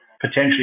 potentially